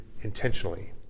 intentionally